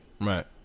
Right